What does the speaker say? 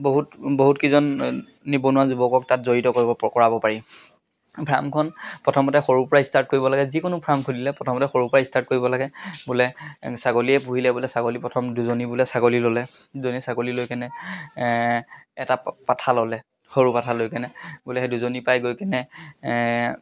বহুত বহুতকেইজন নিবনুৱা যুৱকক তাত জড়িত কৰিব কৰাব পাৰি ফাৰ্মখন প্ৰথমতে সৰুৰ পৰাই ষ্টাৰ্ট কৰিব লাগে যিকোনো ফাৰ্ম খুলিলে প্ৰথমতে সৰুৰ পৰাই ষ্টাৰ্ট কৰিব লাগে বোলে ছাগলীয়ে পুহিলে বোলে ছাগলী প্ৰথম দুজনী বোলে ছাগলী ল'লে দুজনী ছাগলী লৈ কেনে এটা পাঠা ল'লে সৰু পাঠা লৈ কেনে বোলে সেই দুজনী পাই গৈ কিনে